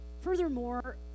Furthermore